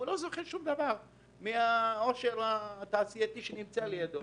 הוא לא זוכה לשום דבר מהעושר התעשייתי שנמצא לידו.